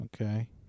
Okay